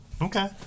okay